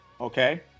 okay